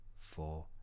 four